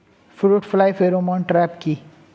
Fruit fly pheromone trap কি?